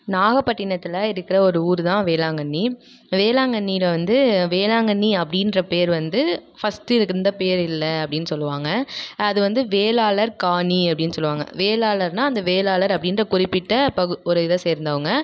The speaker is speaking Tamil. நாகப்பட்டினத்தில் இருக்கின்ற ஒரு ஊர் தான் வேளாங்கண்ணி வேளாங்கண்ணியில் வந்து வேளாங்கண்ணி அப்படீன்ற பேர் வந்து ஃபஸ்டு இதுக்கிருந்த பேர் இல்லை அப்படீனு சொல்லுவாங்க அது வந்து வேளாளர் காணி அப்படீனு சொல்லுவாங்க வேளாளர்னா அந்த வேளாளர் அப்படீன்ற குறிப்பிட்ட பகு ஒரு இதை சேர்ந்தவங்க